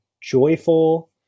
joyful